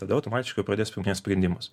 tada automatiškai pradės sprendimus